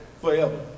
forever